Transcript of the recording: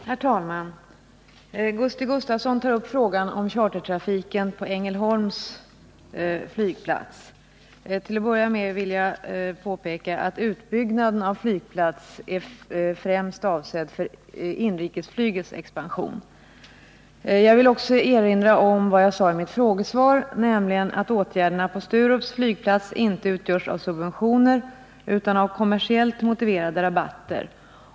Herr talman! Gusti Gustavsson tog upp frågan om chartertrafiken på Ängelholms flygplats. Till att börja med vill jag påpeka att utbyggnaden av flygplatsen är avsedd främst för inrikesflygets expansion. Jag vill också erinra om vad jag sade i mitt frågesvar, nämligen att åtgärderna på Sturups flygplats inte utgörs av subventioner utan av kommersiellt motiverade rabatter.